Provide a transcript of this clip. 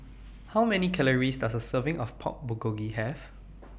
How Many Calories Does A Serving of Pork Bulgogi Have